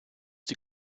die